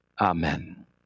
Amen